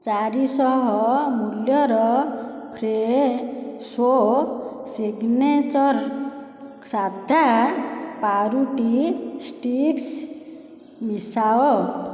ଚାରି ଶହ ମୂଲ୍ୟର ଫ୍ରେଶୋ ସିଗ୍ନେଚର୍ ସାଧା ପାଉରୁଟି ଷ୍ଟିକ୍ସ୍ ମିଶାଅ